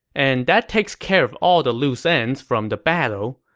and that takes care of all the loose ends from the battle.